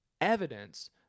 evidence